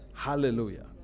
Hallelujah